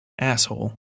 Asshole